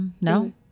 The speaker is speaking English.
no